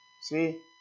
See